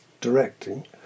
directing